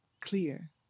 clear